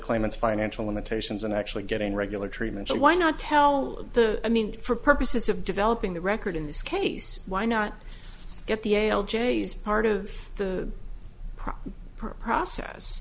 claimants financial limitations and actually getting regular treatment so why not tell the i mean for purposes of developing the record in this case why not get the ale j s part of the pro